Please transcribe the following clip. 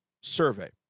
survey